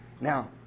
Now